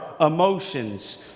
emotions